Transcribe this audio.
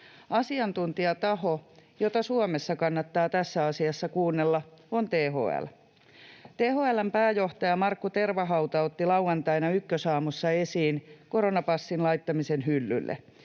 Asiantuntijataho, jota Suomessa kannattaa tässä asiassa kuunnella, on THL. THL:n pääjohtaja Markku Tervahauta otti lauantaina Ykkösaamussa esiin koronapassin laittamisen hyllylle,